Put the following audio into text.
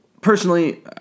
Personally